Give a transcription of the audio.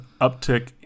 uptick